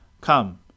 Come